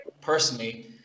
personally